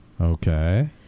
Okay